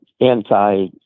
anti